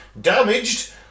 damaged